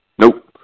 Nope